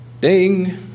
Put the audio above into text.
Ding